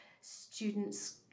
students